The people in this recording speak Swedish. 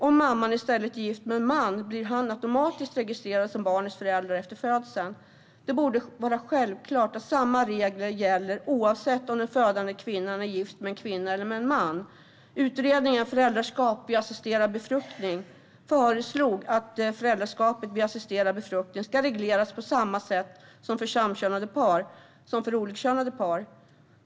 Om mamman i stället är gift med en man blir han automatiskt registrerad som barnets förälder efter födseln. Det borde vara självklart att samma regler gäller oavsett om den födande kvinnan är gift med en kvinna eller en man. I utredningen om föräldraskap vid assisterad befruktning föreslogs att det ska regleras på samma sätt för samkönade par som för olikkönade par.